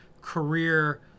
career